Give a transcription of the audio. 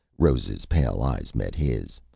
rose's pale eyes met his.